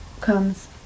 comes